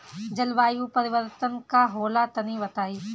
जलवायु परिवर्तन का होला तनी बताई?